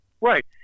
Right